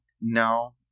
no